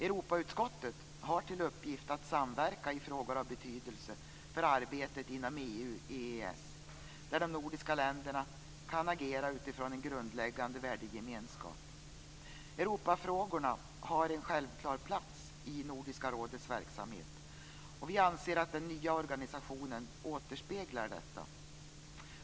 Europautskottet har till uppgift att samverka i frågor av betydelse för arbetet inom EU/EES, där de nordiska länderna kan agera utifrån en grundläggande värdegemenskap. Europafrågorna har en självklar plats i Nordiska rådets verksamhet, och vi anser att den nya organisationen återspeglar detta.